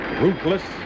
ruthless